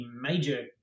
major